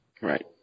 Right